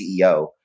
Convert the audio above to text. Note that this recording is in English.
CEO